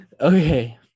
Okay